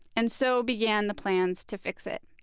and so began the plans to fix it.